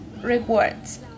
rewards